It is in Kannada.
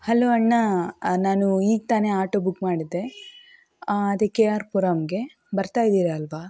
ಹಲೋ ಅಣ್ಣ ನಾನು ಈಗ ತಾನೆ ಆಟೊ ಬುಕ್ ಮಾಡಿದ್ದೆ ಅದೇ ಕೆ ಆರ್ ಪುರಮ್ಗೆ ಬರ್ತಾಯಿದ್ದೀರಾ ಅಲ್ವ